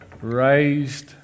raised